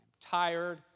tired